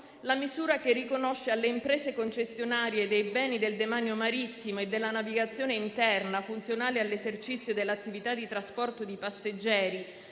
la misura che riconosce alle imprese concessionarie dei beni del demanio marittimo e della navigazione interna funzionale all'esercizio dell'attività di trasporto di passeggeri